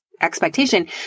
expectation